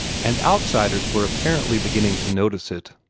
and outsiders were apparently beginning to notice it.